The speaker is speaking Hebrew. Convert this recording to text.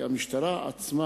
כי המשטרה עצמה,